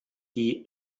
die